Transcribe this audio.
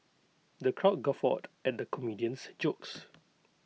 the crowd guffawed at the comedian's jokes